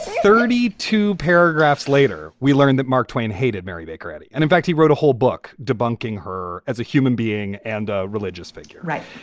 thirty two paragraphs later, we learned that mark twain hated mary baker eddy. and in fact, he wrote a whole book debunking her as a human being and a religious figure. right.